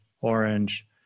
orange